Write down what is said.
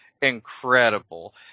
Incredible